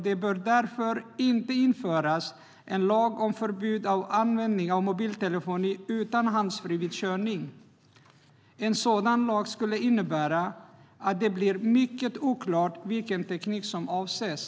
Det bör därför inte införas en lag om förbud mot användning av mobiltelefon utan handsfree vid körning. En sådan lag skulle innebära att det blir mycket oklart vilken teknik som avses.